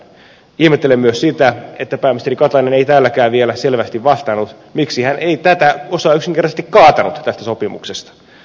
ihmettelen myös sitä että pääministeri katainen ei täälläkään vielä selvästi vastannut miksi hän ei tätä osaa yksinkertaisesti kaatanut tästä sopimuksesta